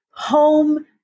home